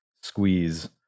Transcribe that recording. squeeze